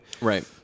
Right